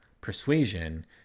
persuasion